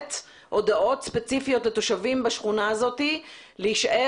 לשלוח הודעות ספציפיות לתושבים בשכונה להישאר,